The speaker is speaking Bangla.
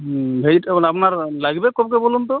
হুম ভেজিটেবল আপনার লাগবে কবে বলুন তো